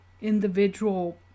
individual